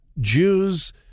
Jews